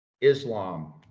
Islam